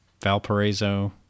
Valparaiso